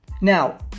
Now